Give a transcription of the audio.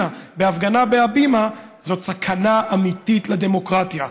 בהפגנה בהבימה זאת סכנה אמיתית לדמוקרטיה.